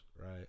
right